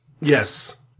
Yes